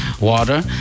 water